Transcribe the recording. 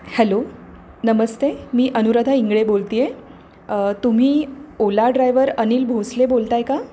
hello नमस्ते मी अनुराधा इंगळे बोलते आहे तुम्ही ओला ड्रायव्हर अनिल भोसले बोलत आहे का